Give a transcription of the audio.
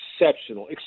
exceptional